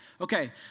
Okay